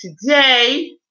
today